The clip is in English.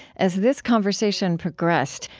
as this conversation progressed,